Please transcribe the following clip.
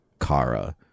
kara